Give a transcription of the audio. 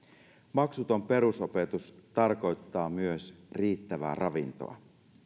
maksuton perusopetus tarkoittaa myös riittävää ravintoa